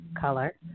color